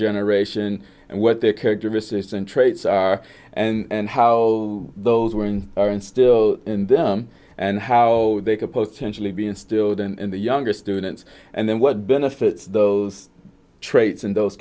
generation and what their characteristics and traits are and how those were and are instill in them and how they could potentially be instilled and the younger students and then what benefit those traits and those